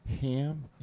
Ham